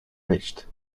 reached